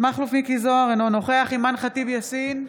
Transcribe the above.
מכלוף מיקי זוהר, אינו נוכח אימאן ח'טיב יאסין,